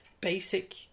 Basic